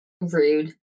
Rude